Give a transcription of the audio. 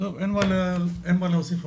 אין הרבה מה להוסיף,